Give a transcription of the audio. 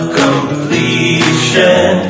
completion